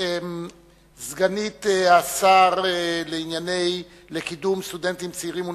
סגנית השר לקידום סטודנטים צעירים ונשים,